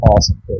awesome